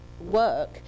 work